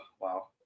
wow